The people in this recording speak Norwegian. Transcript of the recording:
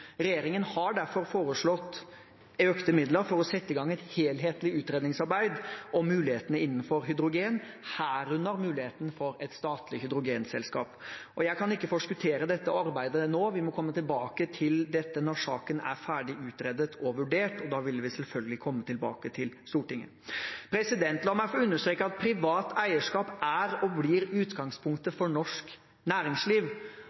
Regjeringen har derfor foreslått økte midler for å sette i gang et helhetlig utredningsarbeid om mulighetene innenfor hydrogen, herunder muligheten for et statlig hydrogenselskap. Jeg kan ikke forskuttere dette arbeidet nå. Vi må komme tilbake til dette når saken er ferdig utredet og vurdert, og da vil vi selvfølgelig komme tilbake til Stortinget. La meg få understreke at privat eierskap er og blir utgangspunktet for norsk næringsliv.